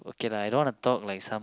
okay lah I don't want to talk like some